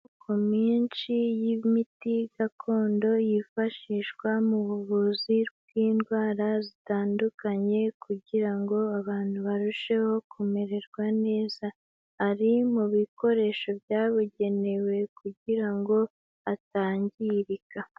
Amoko menshi y'imiti gakondo yifashishwa mu buvuzi bw'indwara zitandukanye kugira ngo abantu barusheho kumererwa neza, ari mu bikoresho byabugenewe kugira ngo atangirika.